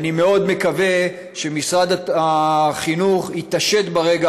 ואני מאוד מקווה שמשרד החינוך יתעשת ברגע